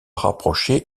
rapproché